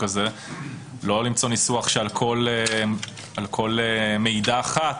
כזה - לא למצוא ניסוח שעל כל מעידה אחת,